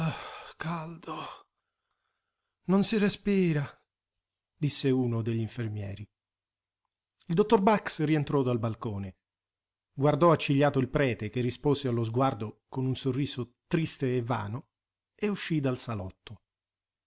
caldo non si respira disse uno degli infermieri il dottor bax rientrò dal balcone guardò accigliato il prete che rispose allo sguardo con un sorriso triste e vano e uscì dal salotto